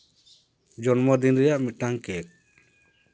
ᱡᱚᱱᱢᱚ ᱫᱤᱱ ᱨᱮᱭᱟᱜ ᱢᱤᱫᱴᱟᱱ ᱠᱮ ᱠ